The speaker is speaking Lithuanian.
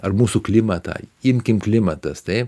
ar mūsų klimatą imkime klimatas taip